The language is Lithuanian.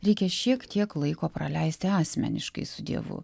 reikia šiek tiek laiko praleisti asmeniškai su dievu